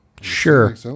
sure